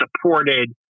supported